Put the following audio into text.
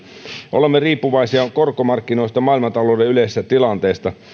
olemme riippuvaisia korkomarkkinoista ja maailmantalouden yleisestä tilanteesta